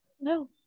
No